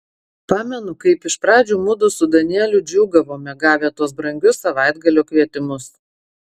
pamenu kaip iš pradžių mudu su danieliu džiūgaudavome gavę tuos brangius savaitgalio kvietimus